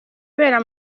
ibera